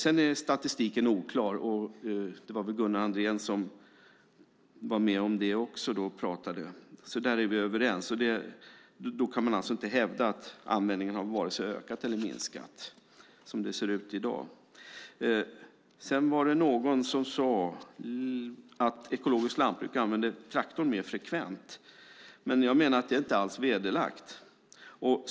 Statistiken är oklar, och det var väl Gunnar Andrén som talade om det. Där är vi överens, och då kan man inte hävda att användningen vare sig har ökat eller minskat som det ser ut i dag. Någon sade att ekologiskt lantbruk använder traktor mer frekvent, men jag menar att detta inte alls är belagt.